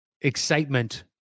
excitement